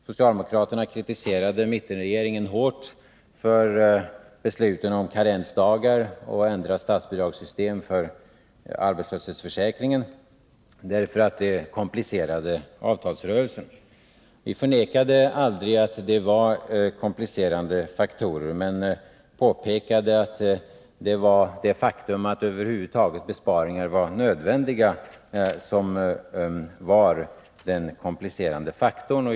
Socialdemokraterna kritiserade mittenregeringen hårt för besluten om karensdagar och ändrat statsbidragssystem för arbetslöshetsförsäkringen, därför att det komplicerade avtalsrörelsen. Vi förnekade aldrig att det var komplicerande faktorer, men vi påpekade att det var det faktum att besparingar över huvud taget var nödvändiga som egentligen var den komplicerande faktorn.